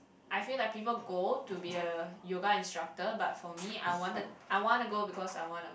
I feel like people go to be a yoga instructor but for me I wanted I wanna go because I wanna